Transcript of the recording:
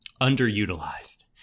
underutilized